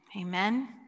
Amen